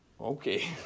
okay